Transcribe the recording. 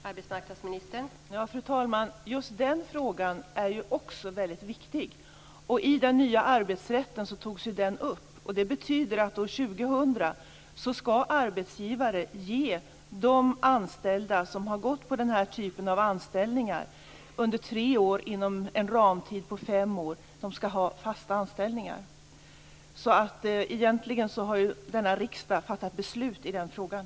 Fru talman! Just den frågan är väldigt viktig. I den nya arbetsrätten togs den upp. Det betyder att arbetsgivare år 2000 skall ge de anställda som har haft den här typen av anställningar under tre år inom en ramtid på fem år fast anställning. Egentligen har denna riksdag fattat beslut i den frågan.